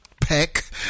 Peck